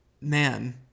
man